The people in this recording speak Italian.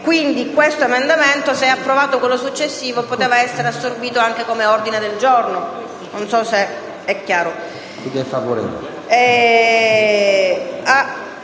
Quindi questo emendamento, se approvato quello successivo, poteva essere assorbito anche come ordine del giorno. Sull’ordine